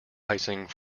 icing